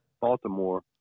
Baltimore